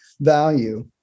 value